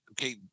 okay